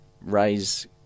raise